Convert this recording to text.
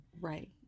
right